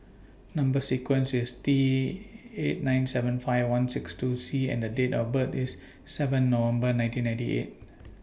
Number sequence IS T eight nine seven five one six two C and Date of birth IS seven November nineteen ninety eight